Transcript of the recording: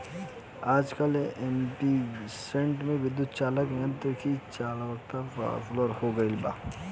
आजकल पम्पींगसेट के विद्युत्चुम्बकत्व यंत्र से चलावल पॉपुलर हो गईल बा